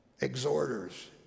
Exhorters